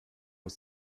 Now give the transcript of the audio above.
ist